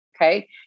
Okay